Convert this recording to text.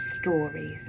stories